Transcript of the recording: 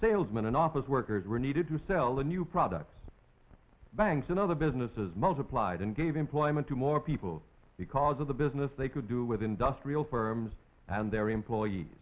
salesmen and office workers were needed to sell the new products banks and other businesses multiplied and gave employment to more people because of the business they could do with industrial farms and their employee